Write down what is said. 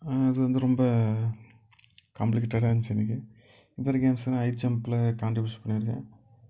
அது வந்து ரொம்ப காம்ப்ளீகேட்டடாக இருந்துச்சு எனக்கு இது வரைக்கும் ஹை ஐம்ப்பில் கான்ட்ரிபியூஷன் பண்ணியிருக்கேன்